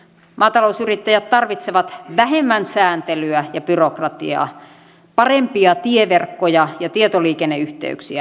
maatalousyrittäjät tarvitsevat vähemmän sääntelyä ja byrokratiaa parempia tieverkkoja ja tietoliikenneyhteyksiä